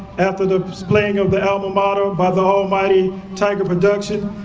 after the playing of the alma mater by the almighty tiger production,